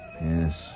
Yes